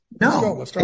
No